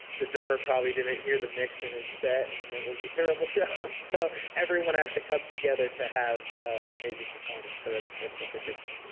the drummer probably didn't hear the mix in his set and it was a terrible show. so everyone has to come together to have an amazing performance, so that's that's something different.